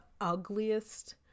ugliest